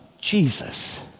Jesus